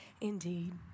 indeed